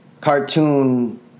cartoon